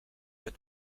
but